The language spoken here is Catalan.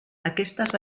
aquestes